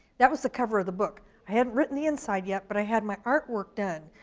that was the cover of the book, i hadn't written the inside yet, but i had my artwork done.